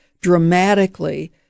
dramatically